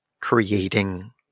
Creating